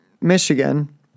Michigan